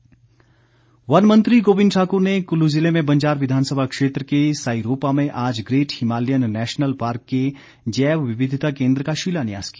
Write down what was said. गोविंद ठाकुर वन मंत्री गोविंद ठाकुर ने कुल्लू ज़िले में बंजार विधानसभा क्षेत्र के साईरोपा में आज ग्रेट हिमालयन नैशनल पार्क के जैव विविधता केन्द्र का शिलान्यास किया